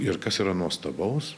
ir kas yra nuostabaus